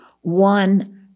one